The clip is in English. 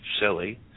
silly